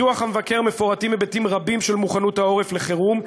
בדוח המבקר מפורטים היבטים רבים של מוכנות העורף לחירום,